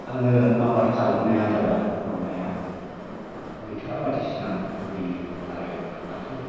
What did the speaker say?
आङो आबाद खालामनाया जाबाय मावनाया मैथा बायदिसिना खुबैयो आरो फाथो